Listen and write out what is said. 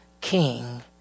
king